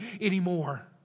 anymore